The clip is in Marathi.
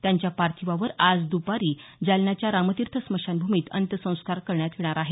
त्यांच्या पार्थिवावर आज दुपारी नंतर जालनाच्या रामतीर्थ स्मशानभूमीत अंत्यसंस्कार करण्यात येणार आहेत